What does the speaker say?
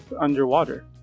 underwater